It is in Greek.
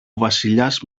βασιλιάς